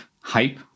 hype